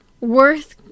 worth